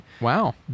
wow